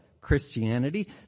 Christianity